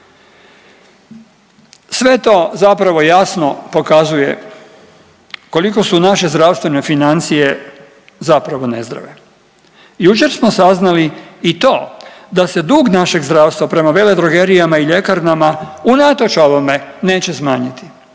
Sve to zapravo jasno pokazuje koliko su naše zdravstvene financije zapravo nezdrave. Jučer smo saznali i to da se dug našeg zdravstva prema veledrogerijama i ljekarnama unatoč ovome neće smanjiti.